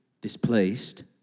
displaced